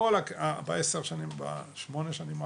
כל השמונה שנים האחרונות,